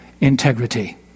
integrity